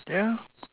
yeah